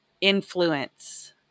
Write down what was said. influence